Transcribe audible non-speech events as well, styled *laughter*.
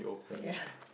ya *breath*